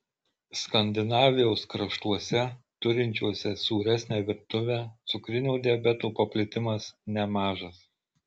skandinavijos kraštuose turinčiuose sūresnę virtuvę cukrinio diabeto paplitimas nemažas